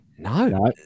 No